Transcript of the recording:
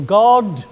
god